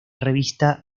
revista